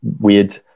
weird